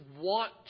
want